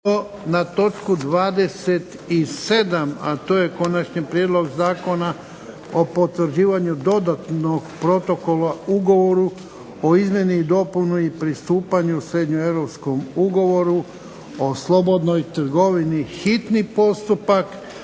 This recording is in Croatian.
na točku 27. a to je - Konačni prijedlog zakona o potvrđivanju dodatnog protokola Ugovoru o izmjeni i dopuni i pristupanju srednjeeuropskom ugovoru o slobodnoj trgovini, hitni postupak,